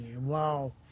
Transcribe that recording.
Wow